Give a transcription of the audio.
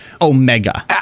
Omega